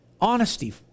Honesty